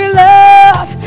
love